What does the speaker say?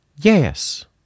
Yes